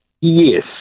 Yes